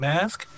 Mask